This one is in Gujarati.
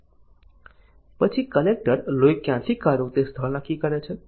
પછી કલેક્ટર લોહી ક્યાંથી કાઢવું તે સ્થળ નક્કી કરે છે